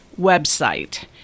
website